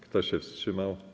Kto się wstrzymał?